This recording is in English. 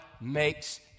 makes